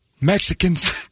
Mexicans